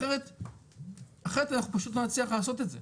אחרת אנחנו פשוט לא נצליח לעשות את זה.